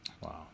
wow